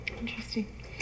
Interesting